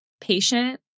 patient